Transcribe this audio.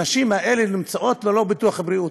הנשים האלה נמצאות ללא ביטוח בריאות.